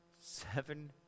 seven